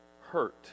hurt